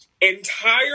entire